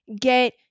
get